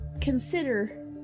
consider